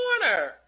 corner